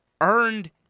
earned